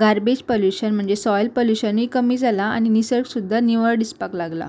garbage pollution म्हणजे soil पल्युशनूय कमी जाला आनी निसर्ग सुद्दा निवळ दिसपाक लागला